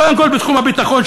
קודם כול בתחום הביטחון,